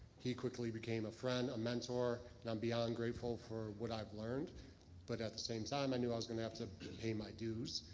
he quickly became a friend, a mentor, and i'm beyond grateful for what i've learned but at the same time, i knew i was gonna have to pay my dues.